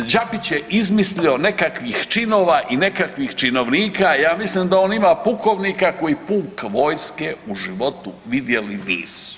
Đapić je izmislio nekakvih činova i nekakvih činovnika ja mislim da on ima pukovnika koji puk vojske u životu vidjeli nisu.